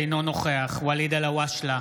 אינו נוכח וליד אלהואשלה,